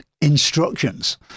instructions